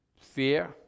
Fear